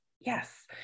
Yes